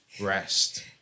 rest